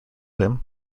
him